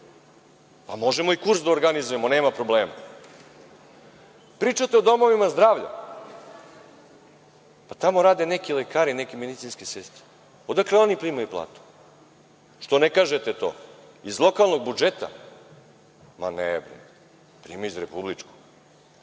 Možemo i kurs da organizujemo, nema problema. Pričate o domovima zdravlja. Pa, tamo rade neki lekari, neke medicinske sestre. Odakle oni primaju platu? Što ne kažete to? Iz lokalnog budžeta? Ma ne, primaju iz republičkog.